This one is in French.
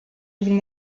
ville